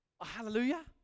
Hallelujah